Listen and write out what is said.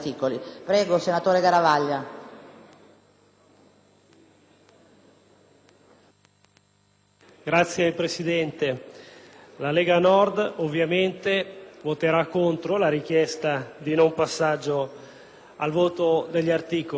Signora Presidente, la Lega Nord ovviamente voterà contro la richiesta di non passaggio all'esame degli articoli e ritiene che sia assolutamente opportuno,